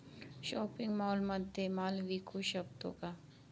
Shopping मॉलमध्ये माल विकू शकतो का?